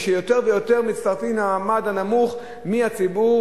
ויותר ויותר מצטרפים למעמד הנמוך מהציבור,